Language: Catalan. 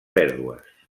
pèrdues